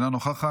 אינה נוכחת,